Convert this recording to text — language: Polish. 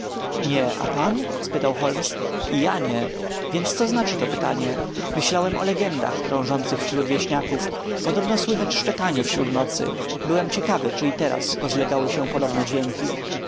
nie a pan spytał holmes i ja nie więc co znaczy to pytanie myślałem o legendach krążących wśród wieśniaków podobno słychać szczekanie wśród nocy byłem ciekawy czy i teraz rozlegały się podobne dźwięki